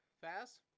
fast